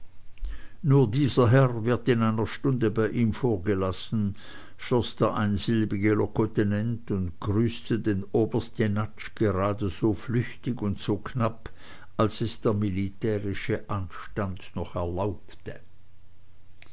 nur dieser herr wird in einer stunde bei ihm vorgelassen schloß der einsilbige locotenent und grüßte den oberst jenatsch gerade so flüchtig und so knapp als es der militärische anstand noch erlaubte